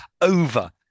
over